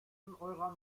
eurer